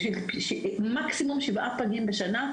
מקסימום שבעה מטופלים בשנה,